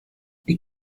die